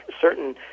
certain